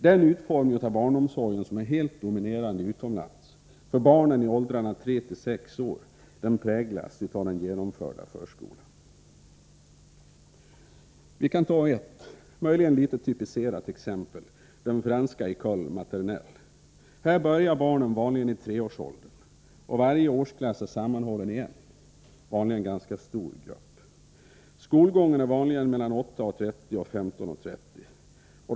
Den utformning av barnomsorgen som är helt dominerande utomlands för barn i åldrarna tre-sex år präglas av den genomförda förskolan. Vi kan ta ett, möjligen litet typiserat exempel, den franska École martenell. Här börjar barnen vanligen i treårsåldern, och varje årsklass är sammanhållen i en, vanligen ganska stor grupp. Skolgången är vanligen mellan kl. 8.30 och 15.30.